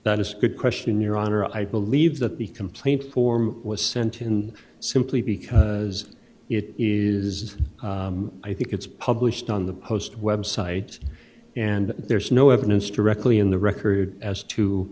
not as good question your honor i believe that the complaint form was sent in simply because it is i think it's published on the post web site and there's no evidence directly in the record as to